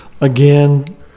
Again